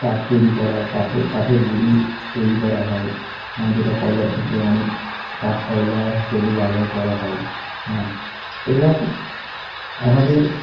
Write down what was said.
কাঠ তৈরি করা কাঠে কাঠের গুঁড়ি তৈরি করা হয় যেটা কয়লার ক্ষেত্রে অনেক কাঠকয়লা হিসেবে ব্যবহার করা হয় হ্যাঁ এবং আমাদের